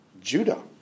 Judah